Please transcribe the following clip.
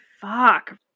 fuck